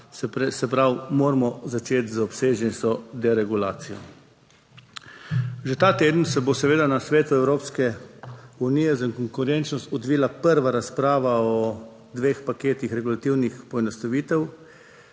se pravi, moramo začeti z obsežnejšo deregulacijo. Že ta teden se bo seveda na Svetu Evropske unije za konkurenčnost odvila prva razprava o dveh paketih regulativnih poenostavitev.